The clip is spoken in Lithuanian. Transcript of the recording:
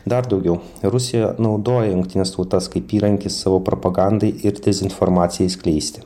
dar daugiau rusija naudoja jungtines tautas kaip įrankį savo propagandai ir dezinformacijai skleisti